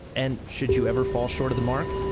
and should you ever fall short of the mark,